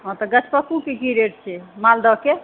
हँ तऽ गछपक्कूके की रेट छै मालदहके